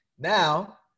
Now